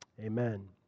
Amen